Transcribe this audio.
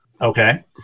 Okay